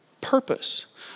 purpose